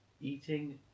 Eating